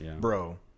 Bro